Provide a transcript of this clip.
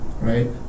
right